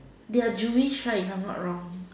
Jewish right if I'm not wrong